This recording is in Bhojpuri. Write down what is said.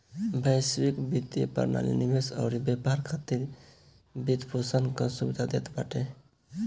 वैश्विक वित्तीय प्रणाली निवेश अउरी व्यापार खातिर वित्तपोषण कअ सुविधा देत बाटे